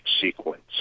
sequence